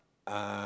uh